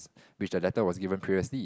which the letter was given previously